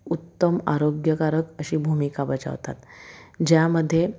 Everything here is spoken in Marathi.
उत्तम आरोग्यकारक अशी भूमिका बजावतात ज्यामध्ये